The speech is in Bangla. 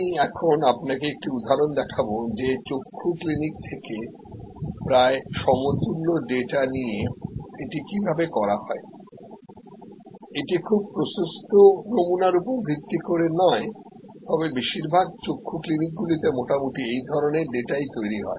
আমি এখন আপনাকে একটি উদাহরণ দেখাব যে চক্ষু ক্লিনিক থেকে প্রায় সমতুল্য ডেটা নিয়ে এটি কীভাবে করা হয় এটি খুব প্রশস্ত নমুনার উপর ভিত্তি করে নয় তবে বেশিরভাগ চক্ষু ক্লিনিকগুলিতে মোটামুটি এই ধরনের ডাটাই তৈরি হয়